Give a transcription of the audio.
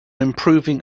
improving